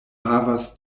havas